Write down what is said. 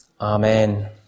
Amen